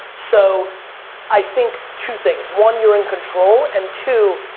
so i think two things, one, you're in control, and two,